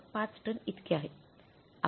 5 ton इतके आहे